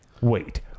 wait